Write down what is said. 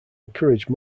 encourage